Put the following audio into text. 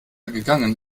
gegangen